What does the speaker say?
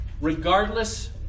regardless